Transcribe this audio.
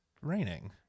raining